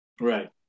right